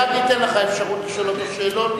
מייד ניתן לך אפשרות לשאול אותו שאלות,